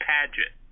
Paget